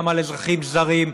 גם על אזרחים זרים,